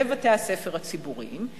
בבתי-הספר הציבוריים,